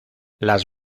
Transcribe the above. las